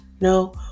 No